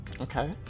okay